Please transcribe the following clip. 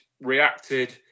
reacted